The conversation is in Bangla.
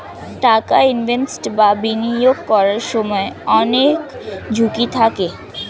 টাকা ইনভেস্ট বা বিনিয়োগ করার সময় অনেক ঝুঁকি থাকে